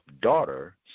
daughter